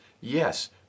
yes